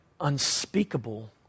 unspeakable